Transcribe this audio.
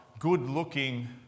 good-looking